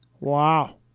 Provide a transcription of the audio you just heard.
Wow